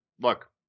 look